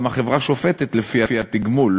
גם החברה שופטת לפי התגמול.